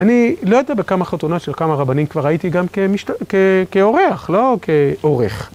אני לא יודע בכמה חתונות של כמה רבנים כבר הייתי גם כמש... כאורח, לא כעורך.